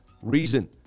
reason